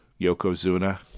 Yokozuna